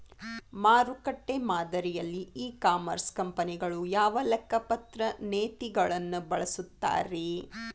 ಮಾರುಕಟ್ಟೆ ಮಾದರಿಯಲ್ಲಿ e commerce ಕಂಪನಿಗಳು ಯಾವ ಲೆಕ್ಕಪತ್ರ ನೇತಿಗಳನ್ನ ಬಳಸುತ್ತಾರಿ?